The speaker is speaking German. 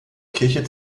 kirche